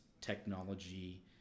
technology